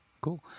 cool